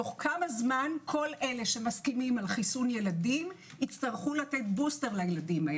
תוך כמה זמן כל אלה שמסכימים על חיסון ילדים יצטרכו לתת בוסטר לילדים?